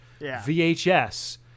VHS